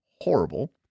horrible